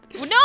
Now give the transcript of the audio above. No